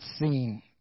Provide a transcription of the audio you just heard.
seen